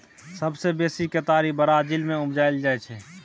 सबसँ बेसी केतारी ब्राजील मे उपजाएल जाइ छै